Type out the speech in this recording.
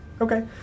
Okay